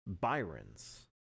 Byron's